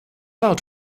out